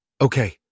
Okay